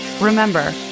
Remember